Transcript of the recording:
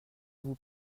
vous